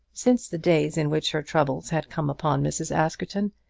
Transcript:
since the days in which her troubles had come upon mrs. askerton,